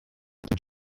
than